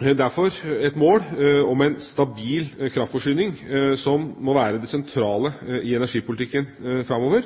derfor et mål om en stabil kraftforsyning som må være det sentrale i energipolitikken framover.